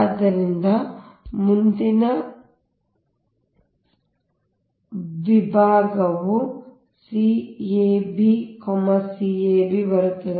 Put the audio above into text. ಆದ್ದರಿಂದ ಮುಂದಿನ ವಿಭಾಗವು c a b c a b ಬರುತ್ತಿದೆ